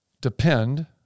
depend